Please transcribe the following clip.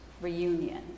reunion